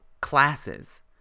classes